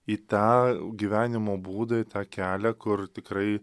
į tą gyvenimo būdą į tą kelią kur tikrai